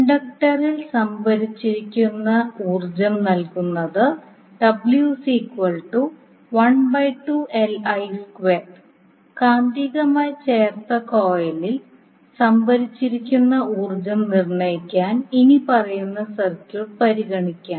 ഇൻഡക്ടറിൽ സംഭരിച്ചിരിക്കുന്ന ഊർജ്ജം നൽകുന്നത് കാന്തികമായി ചേർത്ത കോയിലിൽ സംഭരിച്ചിരിക്കുന്ന ഊർജ്ജം നിർണ്ണയിക്കാൻ ഇനിപ്പറയുന്ന സർക്യൂട്ട് പരിഗണിക്കാം